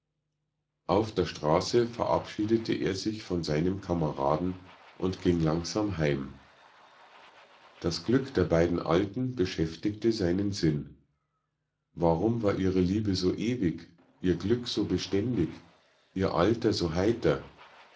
auf der straße verabschiedete er sich von seinem kameraden und ging langsam heim das glück der beiden alten beschäftigte seinen sinn warum war ihre liebe so ewig ihr glück so beständig ihr alter so heiter